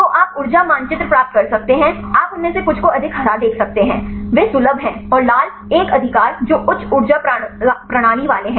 तो आप ऊर्जा मानचित्र प्राप्त कर सकते हैं आप उनमें से कुछ को अधिक हरा देख सकते हैं वे सुलभ हैं और लाल एक अधिकार जो उच्च ऊर्जा प्रणाली वाले हैं